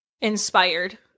inspired